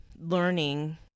learning